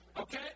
okay